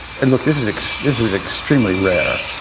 and look this is this is extremely rare,